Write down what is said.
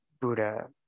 Buddha